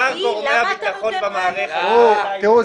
תראו,